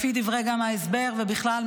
לפי דברי ההסבר ובכלל,